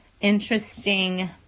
interesting